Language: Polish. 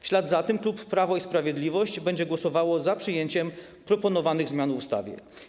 W ślad za tym klub Prawo i Sprawiedliwość będzie głosował za przyjęciem proponowanych zmian w ustawie.